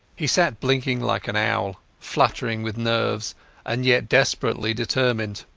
he sat blinking like an owl, fluttering with nerves and yet desperately determined.